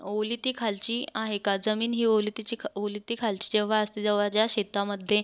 ओलिताखालची आहे का जमीन ही ओलिताची खा ओलिताखालची जेव्हा असते जेव्हा ज्या शेतामध्ये